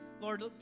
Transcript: Lord